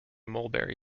mulberry